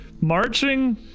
Marching